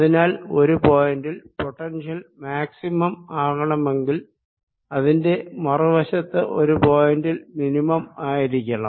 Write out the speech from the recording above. അതിനാൽ ഒരു പോയിന്റിൽ പൊട്ടൻഷ്യൽ മാക്സിമം ആകണമെങ്കിൽ അതിന്റെ മറു വശത്തു ഒരു പോയിന്റിൽ മിനിമം ആയിരിക്കണം